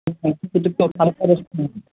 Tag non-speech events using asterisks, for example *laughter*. *unintelligible*